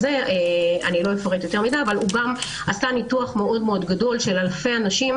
הוא עשה ניתוח מאוד מאוד גדול של אלפי אנשים,